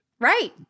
Right